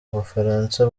bufaransa